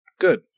Good